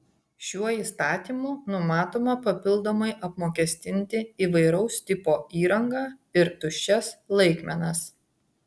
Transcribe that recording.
šiuo įstatymu numatoma papildomai apmokestinti įvairaus tipo įrangą ir tuščias laikmenas